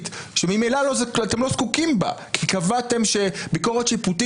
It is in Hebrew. שממילא אתם לא זקוקים לה כי קבעתם שביקורת שיפוטית